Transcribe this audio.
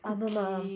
ஆமா ஆமா:aama aama mm